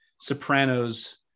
Sopranos